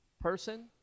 person